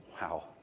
Wow